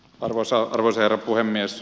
arvoisa herra puhemies